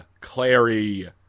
Clary